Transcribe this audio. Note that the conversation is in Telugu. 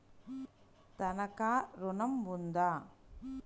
తనఖా ఋణం ఉందా?